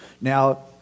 Now